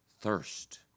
Thirst